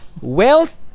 Wealth